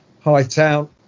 Hightown